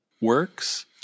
works